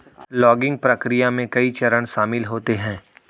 logging प्रक्रिया में कई चरण शामिल होते है